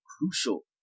crucial